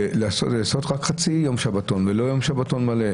לעשות רק חצי יום שבתון, ולא יום שבתון מלא.